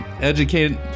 educate